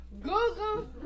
Google